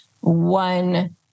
one